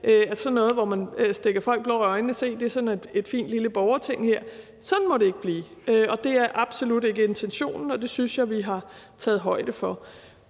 sådan noget, hvor man stikker folk blår i øjnene og siger: Se, det er et fint lille borgerting her. Det er absolut ikke intentionen, og det synes jeg vi har taget højde for.